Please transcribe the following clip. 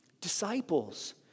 Disciples